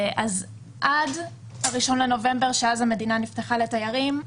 עד 1 בנובמבר, שאז המדינה נפתחה לתיירים,